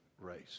race